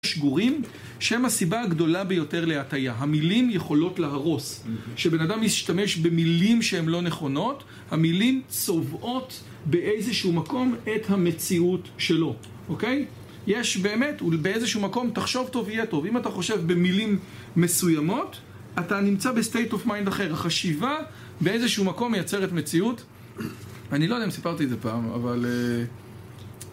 שגורים שהם הסיבה הגדולה ביותר להטייה המילים יכולות להרוס כשבן אדם ישתמש במילים שהן לא נכונות המילים צובעות באיזשהו מקום את המציאות שלו אוקיי? יש באמת באיזשהו מקום תחשוב טוב יהיה טוב אם אתה חושב במילים מסוימות אתה נמצא בסטייט אוף מיינד אחר החשיבה באיזשהו מקום מייצרת מציאות אני לא יודע אם סיפרתי את זה פעם אבל